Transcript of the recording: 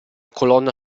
colonna